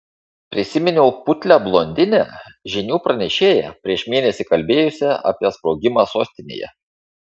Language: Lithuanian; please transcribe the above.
prisiminiau putlią blondinę žinių pranešėją prieš mėnesį kalbėjusią apie sprogimą sostinėje